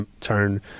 turn